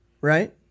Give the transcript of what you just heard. Right